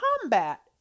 combat